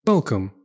Welcome